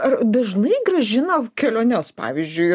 ar dažnai grąžina keliones pavyzdžiui